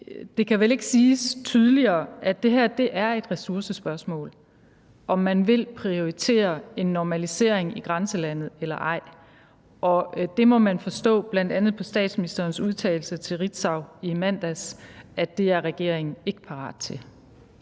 det kan vel ikke siges tydeligere, at det er et ressourcespørgsmål, om man vil prioritere en normalisering i grænselandet eller ej. Og det må man forstå på bl.a. statsministerens udtalelser til Ritzau i mandags, at det er regeringen ikke parat til.